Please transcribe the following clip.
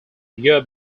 year